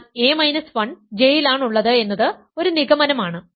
എന്നാൽ a 1 J യിലാണുള്ളത് എന്നത് ഒരു നിഗമനം ആണ്